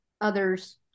others